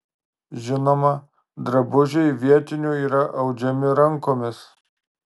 žinoma drabužiai vietinių yra audžiami rankomis